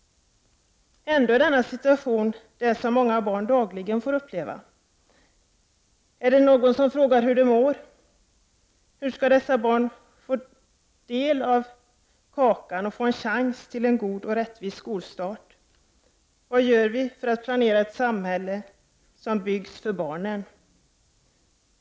Ändå är det många barn som dagligen får uppleva denna situation. Är det någon som frågar efter hur de mår? Hur skall dessa barn få del av kakan och få en chans till en god och rättvis skolstart? Vad gör vi för att planera ett samhälle som byggs för barnen?